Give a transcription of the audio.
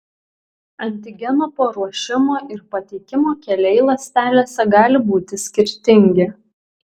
antigeno paruošimo ir pateikimo keliai ląstelėse gali būti skirtingi